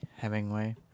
Hemingway